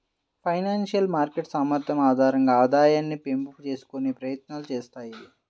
financial market సామర్థ్యం ఆధారంగా ఆదాయాన్ని పెంపు చేసుకునే ప్రయత్నాలు చేత్తాయి